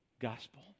Gospel